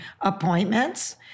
appointments